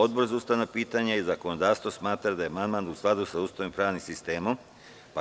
Odbor za ustavna pitanja i zakonodavstvo smatra da je amandman u skladu sa Ustavom i pravnim sistemom Republike Srbije.